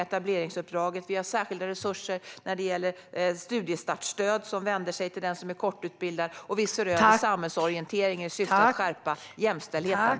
Vi har särskilda resurser när det gäller studiestartstöd, som vänder sig till den som är kortutbildad. Och vi ser över samhällsorienteringen i syfte att skärpa jämställdheten.